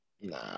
Nah